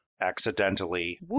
accidentally